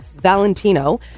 Valentino